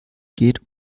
geht